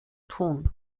tun